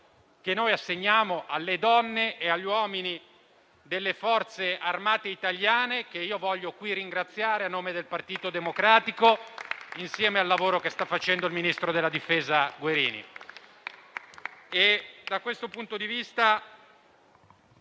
che assegniamo alle donne e agli uomini delle Forze armate italiane, che voglio qui ringraziare a nome del Partito Democratico, insieme al ministro della difesa Guerini